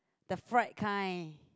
the fried kind